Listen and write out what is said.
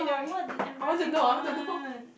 what the embarrassing moment